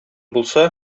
булса